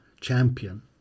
champion